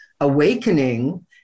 awakening